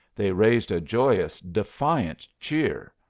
they raised a joyous, defiant cheer.